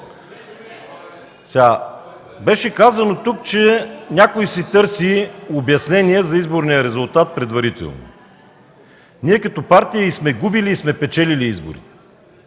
беше казано, че някой си търси обяснение за изборния резултат предварително. Ние като партия и сме губили, и сме печелили избори,